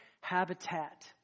habitat